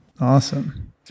Awesome